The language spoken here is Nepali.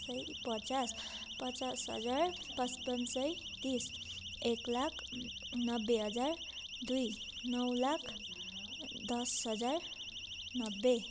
सय पचास पचास हजार पचपन्न सय तिस एक लाख नब्बे हजार दुई नौ लाख दस हजार नब्बे